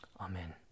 Amen